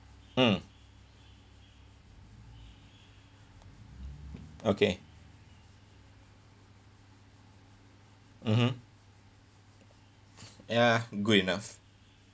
mm okay mmhmm ya good enough